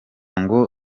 ngo